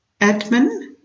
admin